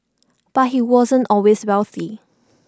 but he wasn't always wealthy